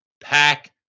pack